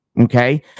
Okay